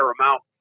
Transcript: amount